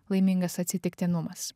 laimingas atsitiktinumas